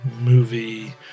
movie